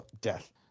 death